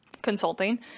consulting